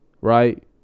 right